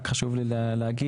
רק חשוב לי להגיד,